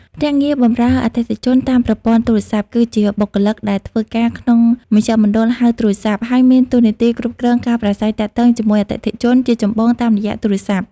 ភ្នាក់ងារបម្រើអតិថិជនតាមប្រព័ន្ធទូរស័ព្ទ គឺជាបុគ្គលិកដែលធ្វើការក្នុងមជ្ឈមណ្ឌលហៅទូរស័ព្ទ ហើយមានតួនាទីគ្រប់គ្រងការប្រាស្រ័យទាក់ទងជាមួយអតិថិជនជាចម្បងតាមរយៈទូរស័ព្ទ។